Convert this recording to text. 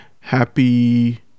happy